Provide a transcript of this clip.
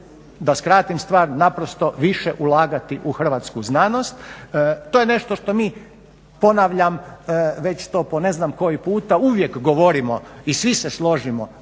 da skratim stvar naprosto više ulagati u hrvatsku znanost. To je nešto što mi ponavljam već to po ne znam koji puta uvijek govorimo i svi se složimo